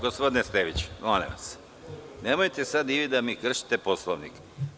Gospodine Steviću, molim vas, nemojte sad i vi da kršite Poslovnik.